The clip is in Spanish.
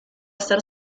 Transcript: ser